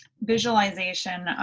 visualization